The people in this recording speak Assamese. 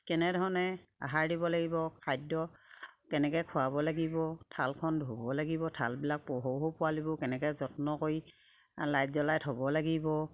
কেনেধৰণে আহাৰ দিব লাগিব খাদ্য কেনেকে খুৱাব লাগিব থালখন ধুব লাগিব থালবিলাক সৰু সৰু পোৱালিৰ কেনেকে যত্ন কৰি লাইট জ্বলাই থ'ব লাগিব